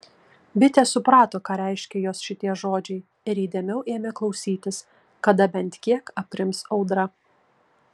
bitė suprato ką reiškia jos šitie žodžiai ir įdėmiau ėmė klausytis kada bent kiek aprims audra